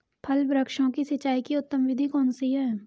फल वृक्षों की सिंचाई की उत्तम विधि कौन सी है?